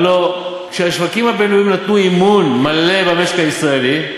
הלוא השווקים הבין-לאומיים נתנו אמון מלא במשק הישראלי,